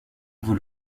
vous